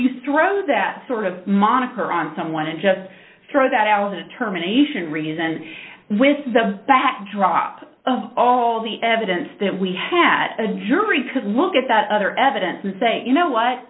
you throw that sort of moniker on someone and just throw that out terminations reason with the backdrop of all the evidence that we had a jury could look at that other evidence and say you know what